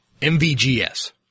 MVGS